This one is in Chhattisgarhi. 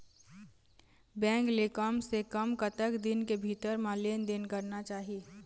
बैंक ले कम से कम कतक दिन के भीतर मा लेन देन करना चाही?